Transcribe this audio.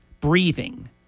breathing